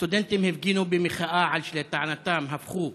הסטודנטים הפגינו במחאה על שלטענתם הפכו,